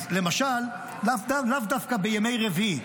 למשל לאו דווקא בימי רביעי,